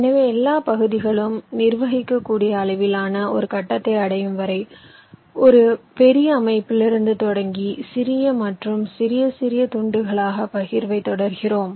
எனவே எல்லா பகுதிகளும் நிர்வகிக்கக்கூடிய அளவிலான ஒரு கட்டத்தை அடையும் வரை ஒரு பெரிய அமைப்பிலிருந்து தொடங்கி சிறிய மற்றும் சிறிய சிறிய துண்டுகளாகப் பகிர்வதைத் தொடர்கிறோம்